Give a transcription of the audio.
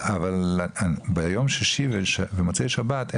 אבל ביום ששי ומוצאי שבת,